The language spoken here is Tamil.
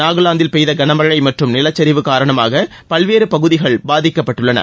நாகலாந்தில் பெய்த கனமழை மற்றும் நிலச்சரிவு காரணமாக பல்வேறு பகுதிகள் பாதிக்ககப்பட்டுள்ளன